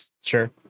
Sure